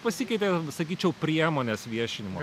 pasikeitė sakyčiau priemonės viešinimo